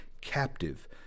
captive